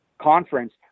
conference